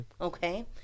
Okay